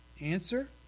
Answer